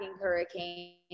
hurricane